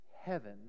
heaven